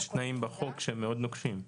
יש תנאים בחוק שהם מאוד נוקשים.